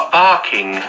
barking